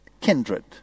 kindred